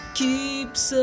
keeps